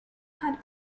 had